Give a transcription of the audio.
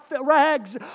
rags